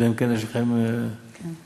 אלא אם כן יש לכם, רועי?